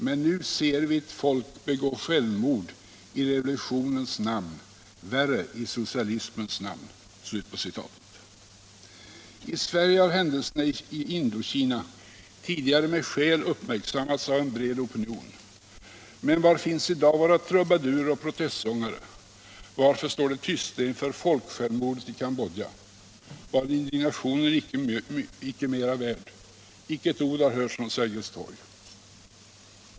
”Men nu ser vi ett folk begå självmord i revolutionens namn; värre — i socialismens namn.” I Sverige har händelserna i Indokina tidigare med skäl uppmärksammats av en bred opinion. Men var finns i dag våra trubadurer och protestsånger, varför står de tysta inför folksjälvmordet i Cambodja? Var indignationen inte mera värd? Inte ett ord har hörts från Sergels torg.